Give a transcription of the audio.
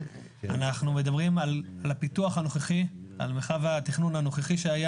אלא אנחנו מדברים על מרחב התכנון הנוכחי כדי